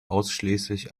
ausschließlich